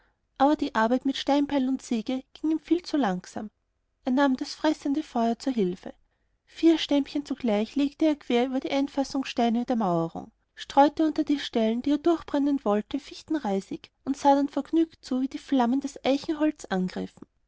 aber die arbeit mit steinbeil und säge ging ihm viel zu langsam er nahm das fressende feuer zu hilfe vier stämmchen zugleich legte er quer über die einfassungssteine der mauerung streute unter die stellen die er durchbrennen wollte fichtenreisig und sah dann vergnügt zu wie die flammen das eichenholz angriffen